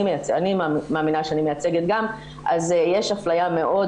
אני מאמינה שאני מייצגת גם, אז יש אפליה מאוד